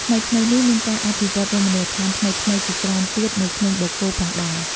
ថ្មីៗនេះមានការអភិវឌ្ឍន៍រមណីយដ្ឋានថ្មីៗជាច្រើនទៀតនៅភ្នំបូកគោផងដែរ។